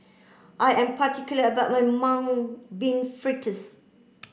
I am particular about my mung bean fritters